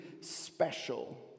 special